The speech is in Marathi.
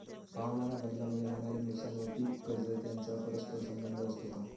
हवामानबदलामुळे होणारे नुकसान व पीक कर्ज यांचा परस्पर संबंध असतो का?